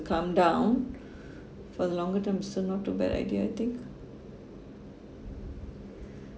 come down for the longer term still not too bad idea I think